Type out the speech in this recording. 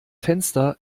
fenster